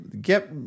Get